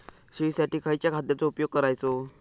शेळीसाठी खयच्या खाद्यांचो उपयोग करायचो?